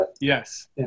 Yes